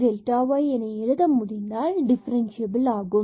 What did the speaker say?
delta y எழுத முடிந்தால் differentiable ஆகும்